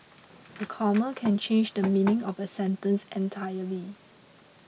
a comma can change the meaning of a sentence entirely